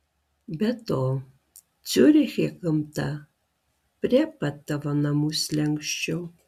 be to ciuriche gamta prie pat tavo namų slenksčio